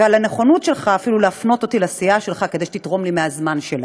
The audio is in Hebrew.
על הנכונות שלך אפילו להפנות אותי לסיעה שלך כדי שתתרום לי מהזמן שלה.